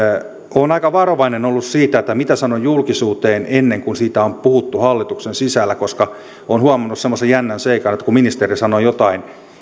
olen aika varovainen ollut siinä mitä sanon julkisuuteen ennen kuin siitä on puhuttu hallituksen sisällä koska olen huomannut semmoisen jännän seikan että kun ministeri sanoo jotain